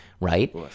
Right